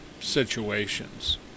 situations